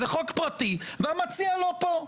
זה חוק פרטי והמציע לא פה.